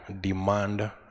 demand